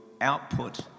output